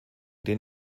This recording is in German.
den